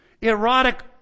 Erotic